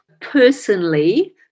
Personally